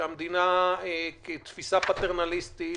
שהמדינה עם תפיסה פטרנליסטית,